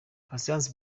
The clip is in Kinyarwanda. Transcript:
patient